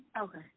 Okay